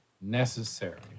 necessary